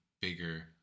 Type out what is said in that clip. bigger